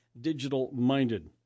digital-minded